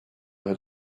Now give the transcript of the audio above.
had